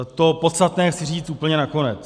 To podstatné chci říct úplně na konec.